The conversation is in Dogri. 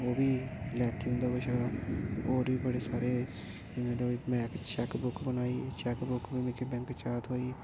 ओह्बी लैती उं'दे कशा होर बी बडे़ सारे में इक चेक बुक बनाई चेक बुक बी मिकी बैंक चा थ्होई